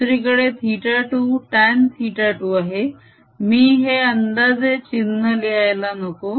दुसरीकडे θ2 tan θ2 आहे मी हे अंदाजे चिन्ह लिहायला नको